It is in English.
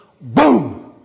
boom